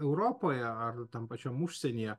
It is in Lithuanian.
europoje ar tam pačiam užsienyje